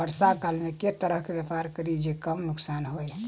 वर्षा काल मे केँ तरहक व्यापार करि जे कम नुकसान होइ?